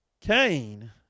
Cain